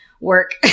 work